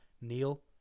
Neil